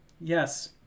Yes